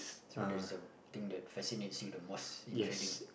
so there's the thing that fascinates you the most in trading